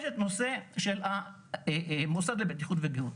יש את נושא המוסד לבטיחות וגהות.